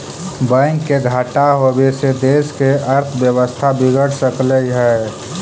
bank के घाटा होबे से देश के अर्थव्यवस्था बिगड़ सकलई हे